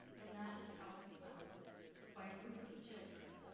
and that is how i was found by a group of children.